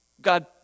God